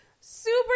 super